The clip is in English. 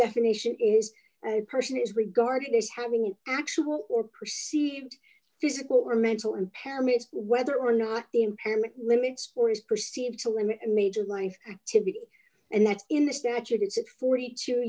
definition is and person is regarded as having an actual or perceived physical or mental impairment whether or not the impairment limits or is perceived to limit major life activity and that's in the statute it's at forty